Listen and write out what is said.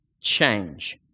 change